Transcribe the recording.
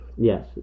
Yes